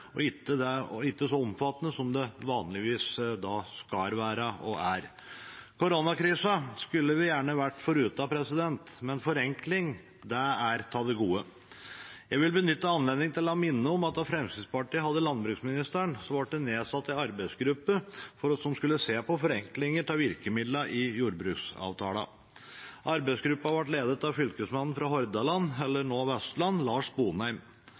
og ikke så omfattende som det vanligvis er og skal være. Koronakrisa skulle vi gjerne vært foruten, men forenkling er av det gode. Jeg vil benytte anledningen til å minne om at da Fremskrittspartiet hadde landbruksministeren, ble det nedsatt en arbeidsgruppe som skulle se på forenklinger av virkemidlene i jordbruksavtalen. Arbeidsutvalget ble ledet av fylkesmannen i Hordaland, eller nå Vestland, Lars